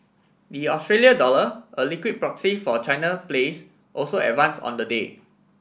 the Australia dollar a liquid proxy for China plays also advanced on the day